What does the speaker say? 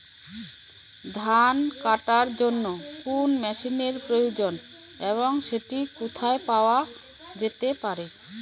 ধান কাটার জন্য কোন মেশিনের প্রয়োজন এবং সেটি কোথায় পাওয়া যেতে পারে?